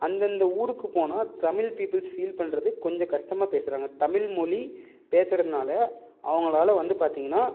அந்தந்த ஊருக்கு போனால் தமிழ் பீப்புள்ஸ் ஃபீல் பண்றது கொஞ்சம் கஷ்டமாக பேசுகிறாங்க தமிழ்மொழி பேசுகிறதுனால அவங்களால வந்து பார்த்தீங்கன்னா